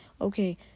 Okay